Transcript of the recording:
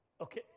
Okay